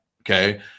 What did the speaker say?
okay